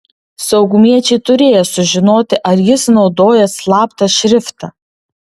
saugumiečiai turėjo sužinoti ar jis naudoja slaptą šriftą